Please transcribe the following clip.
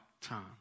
time